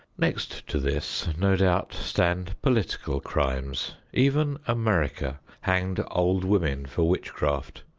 next to this no doubt stand political crimes. even america hanged old women for witchcraft,